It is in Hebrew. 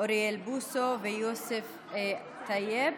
אוריאל בוסו ויוסף טייב,